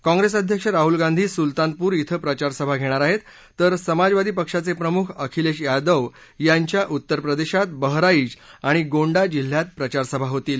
काँप्रेस अध्यक्ष राहुल गांधी सुलतानपूर कें प्रचारसभा घेणार आहेत तर समाजवादी पक्षाचे प्रमुख अखिलेश यादव यांच्या उत्तर प्रदेशात बहराईच आणि गोंडा जिल्ह्यात प्रचारसभा होतील